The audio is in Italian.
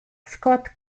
scott